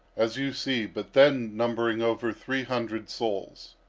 as you see, but then numbering over three hundred souls.